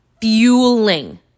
fueling